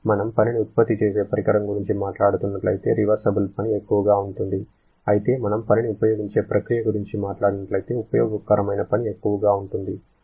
మనము పనిని ఉత్పత్తి చేసే పరికరం గురించి మాట్లాడుతున్నట్లయితే రివర్సిబుల్ పని ఎక్కువగా ఉంటుంది అయితే మనము పనిని వినియోగించే ప్రక్రియ గురించి మాట్లాడినట్లయితే ఉపయోగకరమైన పని ఎక్కువగా ఉంటుంది